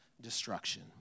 destruction